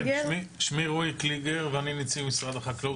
שמי רועי קליגר ואני נציג משרד החקלאות.